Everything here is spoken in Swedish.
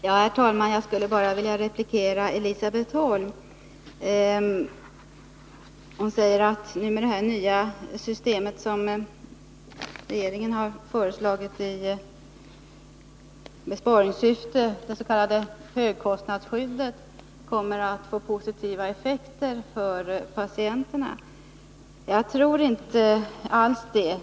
Herr talman! Jag skulle bara vilja replikera Elisabet Holm som säger att det nya systemet som regeringen har föreslagit i besparingssyfte, det s.k. högkostnadsskyddet, kommer att få positiva effekter för patienterna. Jag tror inte alls det.